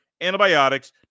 antibiotics